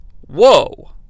Whoa